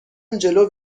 جلو